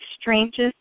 strangest